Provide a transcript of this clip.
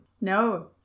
No